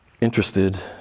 interested